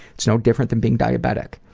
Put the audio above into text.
it's no different than being diabetic,